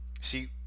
See